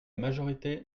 majorité